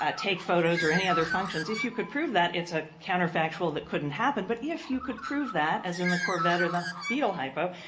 ah take photos, or any other functions. if you could prove that it's a counterfactual that couldn't happen, but if you could prove that, as in the corvette or the beetle hypo,